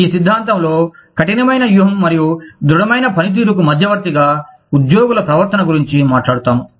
ఈ సిద్ధాంతంలో కఠినమైన వ్యూహం మరియు దృఢ మైన పనితీరుకు మధ్యవర్తిగా ఉద్యోగుల ప్రవర్తన గురించి మాట్లాడుతాము